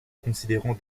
considérant